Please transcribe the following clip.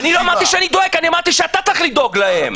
אמרתי שאתה צריך לדאוג להם.